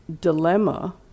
dilemma